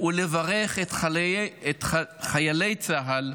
ולברך את חיילי צה"ל,